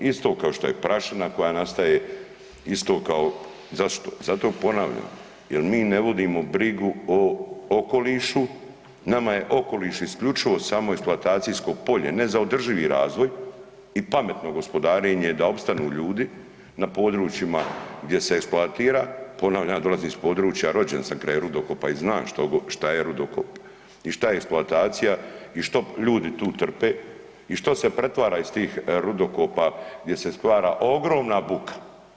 Isto kao što je prašina koja nastaje, isto kao, zašto, zato ponavljam jer mi ne vodimo brigu o okolišu nama je okoliš isključivo samo eksploatacijsko polje ne za održivi razvoj i pametno gospodarenje da opstanu ljudi na područjima gdje se eksploatira, ponavljam ja dolazim iz područja rođen sam kraj rudokopa i znam šta je rudokop i šta je eksploatacija i što ljudi tu trpe i što se pretvara iz tih rudokopa gdje se stvara ogromna buka.